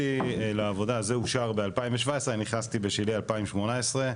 זה אושר ב-2017, אני נכנסתי לעבודה בשלהי 2018,